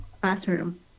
classroom